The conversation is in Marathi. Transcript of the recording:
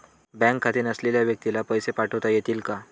बँक खाते नसलेल्या व्यक्तीला पैसे पाठवता येतील का?